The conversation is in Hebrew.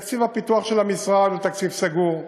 תקציב הפיתוח של המשרד הוא תקציב סגור,